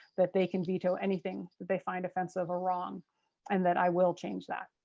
that they can veto anything that they find offensive or wrong and that i will change that.